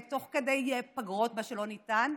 ותוך כדי פגרות, מה שלא ניתן.